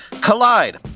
Collide